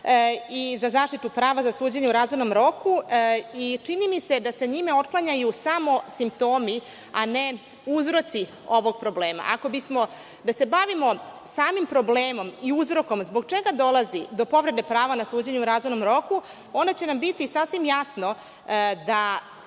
za zaštitu prava za suđenje u razumnom roku. Čini mi se da se njime otklanjaju samo simptomi, a ne uzroci ovog problema. Ako bismo se bavili samim problemom i uzrokom zbog čega dolazi do povrede prava na suđenje u razumnom roku onda će nam biti sasvim jasno da